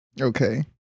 okay